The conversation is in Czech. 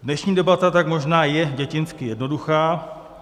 Dnešní debata tak možná je dětinsky jednoduchá.